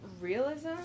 realism